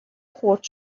خورد